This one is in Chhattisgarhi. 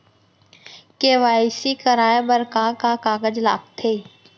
के.वाई.सी कराये बर का का कागज लागथे?